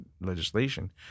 legislation